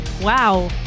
Wow